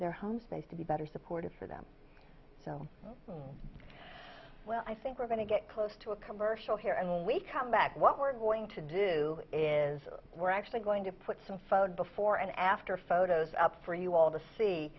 their homes they've to be better supported for them so well i think we're going to get close to a commercial here and when we come back what we're going to do is we're actually going to put some photos before and after photos up for you all to see